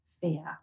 fear